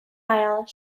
aisle